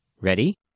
Ready